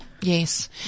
Yes